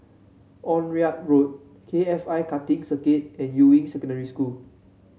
Onraet Road K F I Karting Circuit and Yuying Secondary School